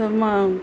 तर मग